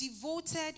devoted